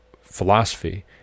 philosophy